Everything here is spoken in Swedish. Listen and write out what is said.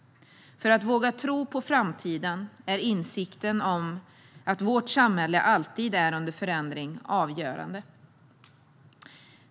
För att våga tro på framtiden är insikten om att vårt samhälle alltid är under förändring avgörande.